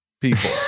people